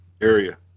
area